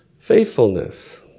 faithfulness